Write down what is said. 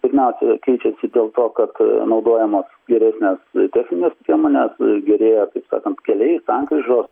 pirmiausia keičiasi dėl to kad naudojamos geresnės techninės priemonės gerėja kaip sakant keliai sankryžos